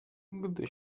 gdy